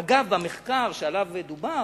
אגב, במחקר שעליו דובר,